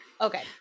Okay